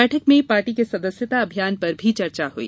बैठक में पार्टी के सदस्यता अभियान पर भी चर्चा हुई